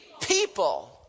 People